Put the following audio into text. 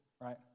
right